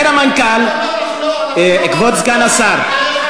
בבקשה, אדון, נא לפתוח מיקרופון.